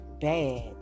bad